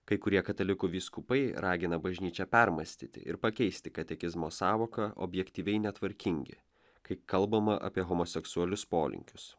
kai kurie katalikų vyskupai ragina bažnyčią permąstyti ir pakeisti katekizmo sąvoką objektyviai netvarkingi kai kalbama apie homoseksualius polinkius